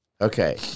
Okay